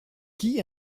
qui